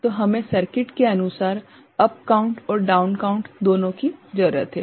तो हमे सर्किट के अनुसार अप काउंट और डाउन काउंट दोनों की जरूरत है